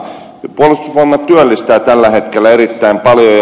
puolustusvoimat työllistää tällä hetkellä erittäin paljon